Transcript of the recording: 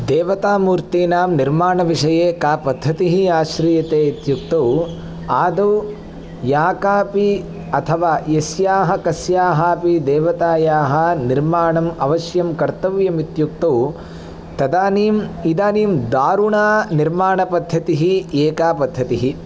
देवतामूर्तीनां निर्माणविषये का पद्धतिः आश्रियते इत्युक्तौ आदौ या कापि अथवा यस्याः कस्याः अपि देवतायाः निर्माणाम् अवश्यं कर्तव्यम् इत्युक्तौ तदानीम् इदानीं दारुणा निर्माणपद्धतिः एका पद्धतिः